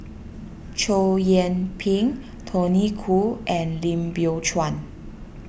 Chow Yian Ping Tony Khoo and Lim Biow Chuan